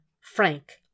Frank